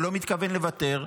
הוא לא מתכוון לוותר,